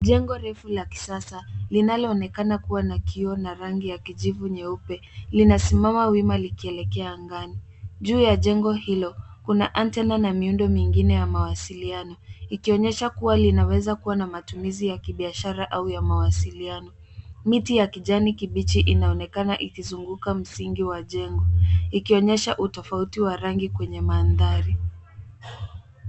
Jengo refu la kisasa linaloonekana kuwa na kioo na rangi ya kijivu nyeupe, linasimama wima likielekea angani. Juu ya jengo hilo, kuna antenna na miundo mingine ya mawasiliano, ikionyesha kuwa linaweza kuwa na matumizi ya kibiashara au ya mawasiliano. Miti ya kijani kibichi inaonekana ikizunguka msingi wa jengo, ikionyesha utofauti wa rangi kwenye mandhari.